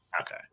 Okay